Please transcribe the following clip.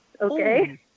Okay